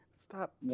Stop